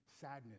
sadness